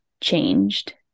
changed